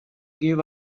give